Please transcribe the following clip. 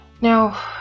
now